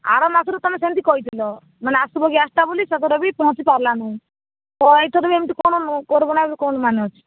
ଆର ମାସରୁ ତୁମେ ସେମିତି କହିଥିଲ ମାନେ ଆସିବ ଗ୍ୟାସଟା ବୋଲି ସେଥର ବି ପହଁଚି ପାରିଲା ନାଇଁ ତ ଏଥର ବି ଏମିତି କରିବ ନାହିଁ ବୋଲି କ'ଣ ମାନେ ଅଛି